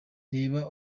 reba